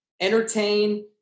entertain